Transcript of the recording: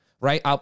right